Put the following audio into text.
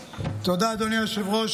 תודה, אדוני היושב-ראש.